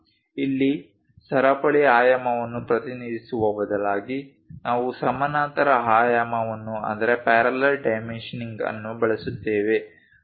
ಇಲ್ಲಿ ಸರಪಳಿ ಆಯಾಮವನ್ನು ಪ್ರತಿನಿಧಿಸುವ ಬದಲಾಗಿ ನಾವು ಸಮಾನಾಂತರ ಆಯಾಮವನ್ನು ಬಳಸುತ್ತೇವೆ